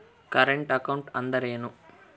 Current account ಅಂದರೇನು?